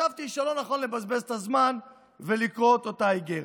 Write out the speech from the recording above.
חשבתי שלא נכון לבזבז את הזמן ולקרוא את אותה איגרת.